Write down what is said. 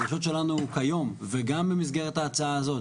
הדרישות שלנו כיום וגם במסגרת ההצעה הזאת,